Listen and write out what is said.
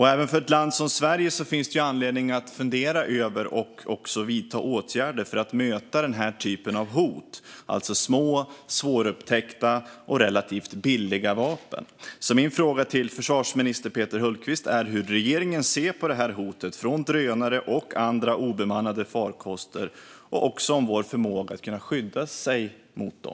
Även för ett land som Sverige finns det anledning att fundera över och vidta åtgärder för att möta denna typ av hot - små, svårupptäckta och relativt billiga vapen. Min fråga till försvarsminister Peter Hultqvist är hur regeringen ser på detta hot från drönare och andra obemannade farkoster och även på vår förmåga att skydda oss mot dem.